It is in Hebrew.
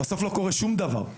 בסוף לא קורה שום דבר.